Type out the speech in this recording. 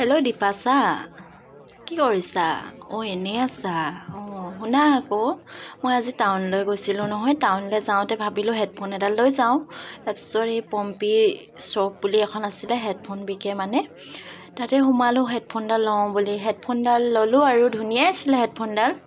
hello Dwipasha কি কৰিছা অ' এনেই আছা অ' শুনা আকৌ মই আজি টাউনলৈ গৈছিলোঁ নহয় টাউনলৈ যাওঁতে ভাবিলোঁ হেডফোন এডাল লৈ যাওঁ তাৰপাছত এই পম্পী শ্বপ বুলি এখন আছিলে হেডফোন বিকে মানে তাতে সোমালোঁ হেডফোনডাল লওঁ বুলি হেডফোনডাল ল'লোঁ আৰু ধুনীয়াই আছিল হেডফোনডাল